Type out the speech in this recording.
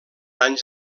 anys